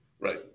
Right